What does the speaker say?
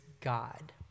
God